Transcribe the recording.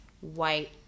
white